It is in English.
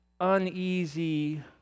uneasy